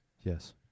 Yes